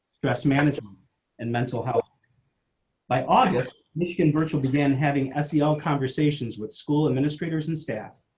stress management and mental health by august michigan virtual began having ah seo conversations with school administrators and staff.